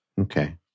Okay